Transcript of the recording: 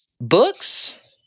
books